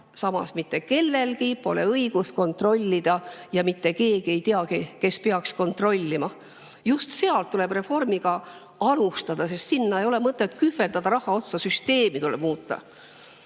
samas mitte kellelgi pole õigust midagi kontrollida ja mitte keegi ei teagi, kes peaks kontrollima. Just sealt tuleb reformiga alustada. Sest sinna ei ole mõtet kühveldada raha otsa, süsteemi tuleb muuta.